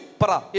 para